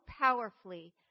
powerfully